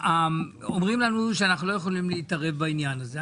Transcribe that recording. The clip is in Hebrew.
אומרים לנו שאנחנו לא יכולים להתערב בעניין הזה.